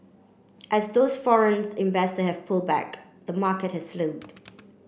as those foreign investor have pulled back the market has slowed